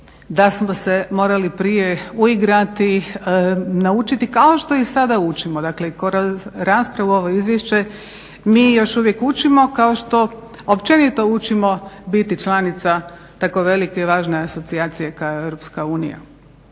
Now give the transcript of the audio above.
da smo se morali prije uigrati, naučiti, kao što i sada učimo. Dakle kroz raspravu i ovo izvješće mi još uvijek učimo kao što općenito učimo biti članica tako velike i važne asocijacije kao EU. Važno